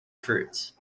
fruit